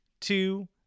two